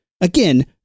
again